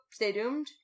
staydoomed